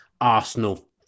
Arsenal